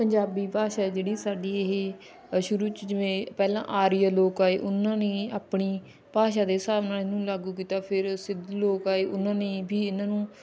ਪੰਜਾਬੀ ਭਾਸ਼ਾ ਜਿਹੜੀ ਸਾਡੀ ਇਹ ਸ਼ੁਰੂ 'ਚ ਜਿਵੇਂ ਪਹਿਲਾਂ ਆਰੀਆ ਲੋਕ ਆਏ ਉਹਨਾਂ ਨੇ ਆਪਣੀ ਭਾਸ਼ਾ ਦੇ ਹਿਸਾਬ ਨਾਲ ਇਹਨੂੰ ਲਾਗੂ ਕੀਤਾ ਫਿਰ ਸਿੰਧੂ ਲੋਕ ਆਏ ਉਹਨਾਂ ਨੇ ਵੀ ਇਹਨਾਂ ਨੂੰ